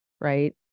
right